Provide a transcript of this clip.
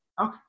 Okay